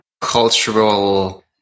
cultural